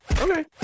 okay